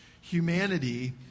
humanity